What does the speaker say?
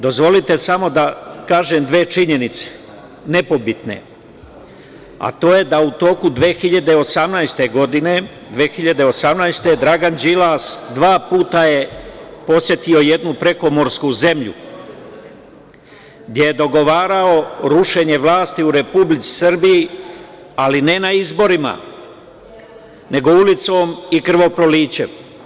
Dozvolite samo da kažem dve činjenice nepobitne, a to je da je u toku 2018. godine Dragan Đilas je dva puta posetio jednu prekomorsku zemlju, gde je dogovarao rušenje vlasti u Republici Srbiji, ali ne na izborima nego ulicom i krvoprolićem.